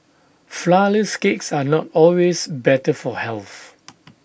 Flourless Cakes are not always better for health